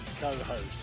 co-host